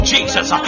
Jesus